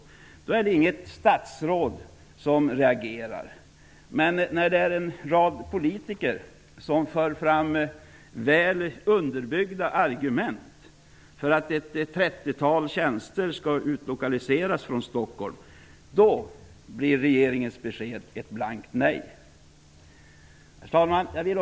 Men när en rad politiker för fram väl underbyggda argument för att ett trettiotal tjänster skall utlokaliseras från Stockholm blir regeringens besked ett blankt nej. Herr talman!